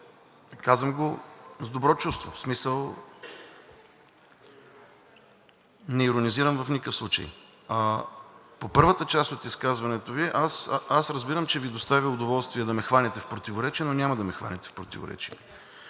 Казвам го с добро чувство, в смисъл не иронизирам в никакъв случай. По първата част от изказването Ви, аз разбирам, че Ви доставя удоволствие да ме хванете в противоречие, но няма да ме хванете в противоречие.